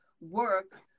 work